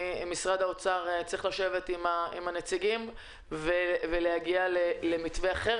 משרד האוצר צריך לשבת עם הנציגים ולהגיע למתווה אחר.